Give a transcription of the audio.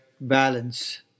balance